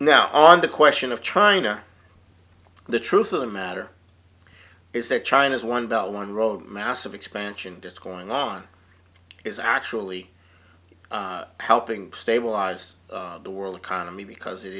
now on the question of china the truth of the matter is that china's one dollar one roll of massive expansion just going on is actually helping stabilize the world economy because it